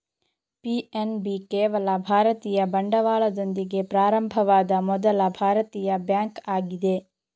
PNB ಕೇವಲ ಭಾರತೀಯ ಬಂಡವಾಳದೊಂದಿಗೆ ಪ್ರಾರಂಭವಾದ ಮೊದಲ ಭಾರತೀಯ ಬ್ಯಾಂಕ್ ಆಗಿದೆ